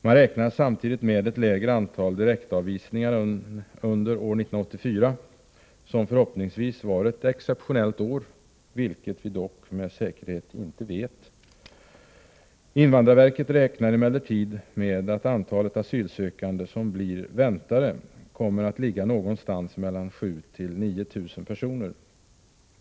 Man räknar samtidigt med ett lägre antal direktavvisningar än under år 1984 — som förhoppningsvis var ett exceptionellt år, vilket vi dock med säkerhet inte vet. Invandrarverket räknar emellertid med att antalet asylsökande som blir ”väntare” kommer att ligga på mellan 7 000 och 9 000 personer.